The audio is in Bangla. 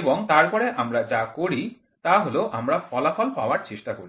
এবং তারপরে আমরা যা করি তা হল আমরা ফলাফল পাওয়ার চেষ্টা করি